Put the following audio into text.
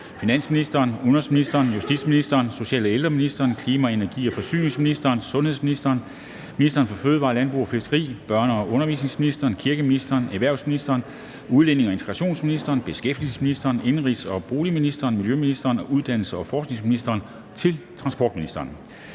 finansministeren, udenrigsministeren, justitsministeren, social- og ældreministeren, klima-, energi- og forsyningsministeren, sundhedsministeren, ministeren for fødevarer, landbrug og fiskeri, børne- og undervisningsministeren, kirkeministeren, erhvervsministeren, udlændinge- og integrationsministeren, beskæftigelsesministeren, indenrigs- og boligministeren, miljøministeren og uddannelses- og forskningsministeren til transportministeren.